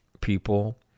people